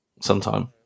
Sometime